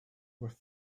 were